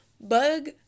Bug